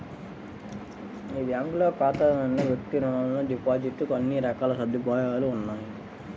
ఈ బ్యాంకులో ఖాతాదారులకు వ్యక్తిగత రుణాలు, డిపాజిట్ కు అన్ని రకాల సదుపాయాలు ఉన్నాయి